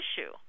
issue